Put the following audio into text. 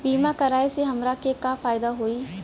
बीमा कराए से हमरा के का फायदा होई?